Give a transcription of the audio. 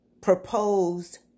proposed